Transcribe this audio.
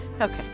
Okay